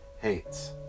hates